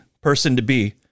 person-to-be